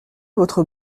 votre